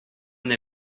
they